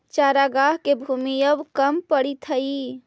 चरागाह के भूमि अब कम पड़ीत हइ